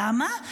למה?